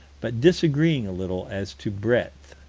but disagreeing a little as to breadth.